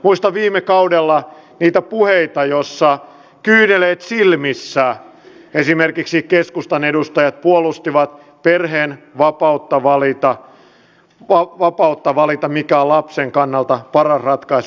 muistan viime kaudella niitä puheita joissa kyyneleet silmissä esimerkiksi keskustan edustajat puolustivat perheen vapautta valita mikä on lapsen kannalta paras ratkaisu